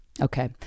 okay